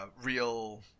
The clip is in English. real